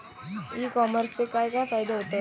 E कॉमर्सचे काय काय फायदे होतत?